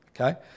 okay